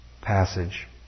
passage